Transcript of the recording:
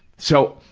so,